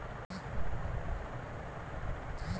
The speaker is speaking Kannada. ಭತ್ತದ ಕೃಷಿ ಯಾವ ಯಾವ ತಿಂಗಳಿನಲ್ಲಿ ಮಾಡುತ್ತಾರೆ?